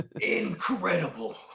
Incredible